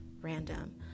random